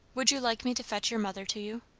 would you like me to fetch your mother to you?